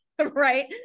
right